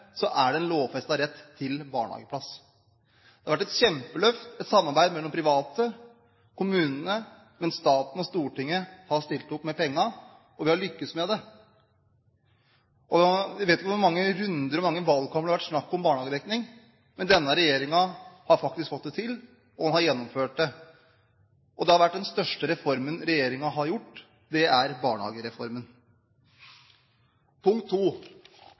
Det har vært et kjempeløft, et samarbeid mellom private og kommunene, men staten, Stortinget, har stilt opp med pengene. Vi har lykkes med dette. Jeg vet ikke hvor mange runder og i hvor mange valgkamper det har vært snakk om barnehagedekning, men denne regjeringen har faktisk fått det til, har gjennomført det. Den største reformen regjeringen har innført, er barnehagereformen. Punkt